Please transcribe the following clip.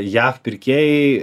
jav pirkėjai